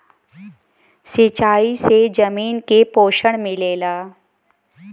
सिंचाई से जमीन के पोषण मिलेला